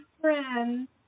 friends